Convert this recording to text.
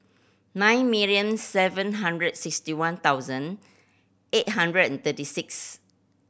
nine million seven hundred sixty one thousand eight hundred and thirty six